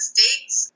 States